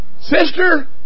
sister